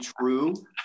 true